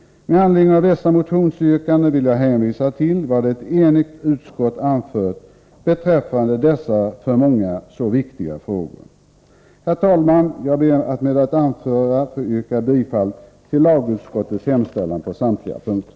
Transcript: Med anledning av dessa motionsyrkanden vill jag hänvisa till vad ett enigt utskott anfört beträffande dessa för många så viktiga frågor. Herr talman! Jag ber att med det anförda få yrka bifall till lagutskottets hemställan på samtliga punkter.